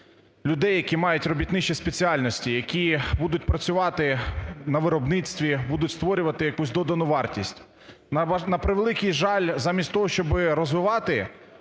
людей, які мають робітничі спеціальності, які будуть працювати на виробництві, будуть створювати якусь додану вартість. На превеликий жаль, замість того, щоб розвивати